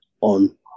on